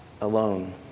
alone